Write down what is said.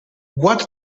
what